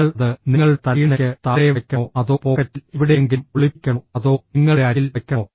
നിങ്ങൾ അത് നിങ്ങളുടെ തലയിണയ്ക്ക് താഴെ വയ്ക്കണോ അതോ പോക്കറ്റിൽ എവിടെയെങ്കിലും ഒളിപ്പിക്കണോ അതോ നിങ്ങളുടെ അരികിൽ വയ്ക്കണോ